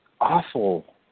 awful